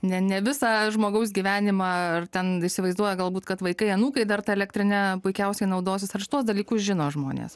ne ne visą žmogaus gyvenimą ar ten įsivaizduoja galbūt kad vaikai anūkai dar ta elektrine puikiausiai naudosis ar šituos dalykus žino žmonės